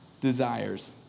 desires